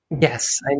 Yes